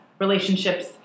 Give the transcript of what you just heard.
relationships